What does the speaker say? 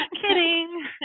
kidding